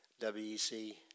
WEC